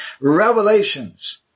revelations